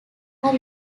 are